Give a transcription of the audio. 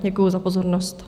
Děkuji za pozornost.